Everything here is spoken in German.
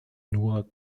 nur